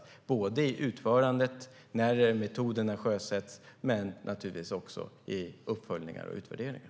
Det gäller både i utförandet när metoderna sjösätts och naturligtvis också i uppföljningar och utvärderingar.